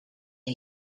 累积